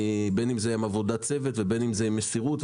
בין אם זה עבודת צוות ובין אם זה מסירות,